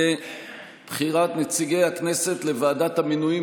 לבחירת נציגי הכנסת לוועדת המינויים